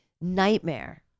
Nightmare